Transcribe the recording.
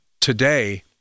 today